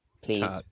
please